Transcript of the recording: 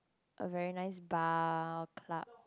a very nice bar or club